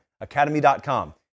academy.com